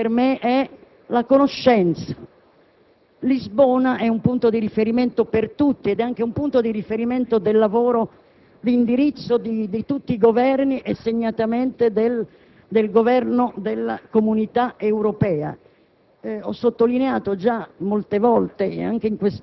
Terzo elemento portante per me è la conoscenza: Lisbona è un punto di riferimento per tutti ed anche un punto di riferimento del lavoro di indirizzo di tutti i Governi e segnatamente del Governo della Comunità Europea.